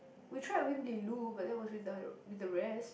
we tried Wimbley-Lu but that was with the ot~ with the rest